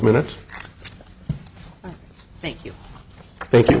minutes thank you thank you